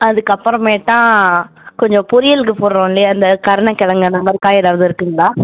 அதுக்கு அப்புறமேட்டா கொஞ்சம் பொரியலுக்கு போடுறோம் இல்லையா இந்த கருணகெழங்கு அந்த மாதிரி காய் ஏதாவது இருக்குதுங்களா